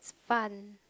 fun